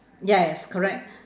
ya yes correct